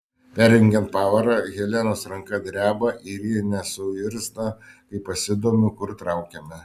perjungiant pavarą helenos ranka dreba ir ji nesuirzta kai pasidomiu kur traukiame